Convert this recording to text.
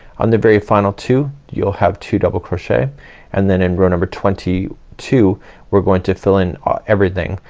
on the very final two you'll have two double crochet and then in row number twenty two we're going to fill in everything.